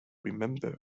remember